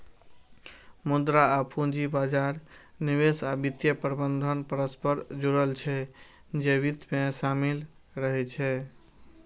मुद्रा आ पूंजी बाजार, निवेश आ वित्तीय प्रबंधन परस्पर जुड़ल छै, जे वित्त मे शामिल रहै छै